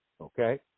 Okay